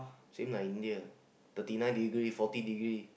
same like India thirty nine degree forty degree